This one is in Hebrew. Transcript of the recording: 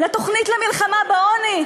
לתוכנית למלחמה בעוני.